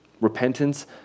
Repentance